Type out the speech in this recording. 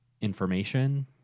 information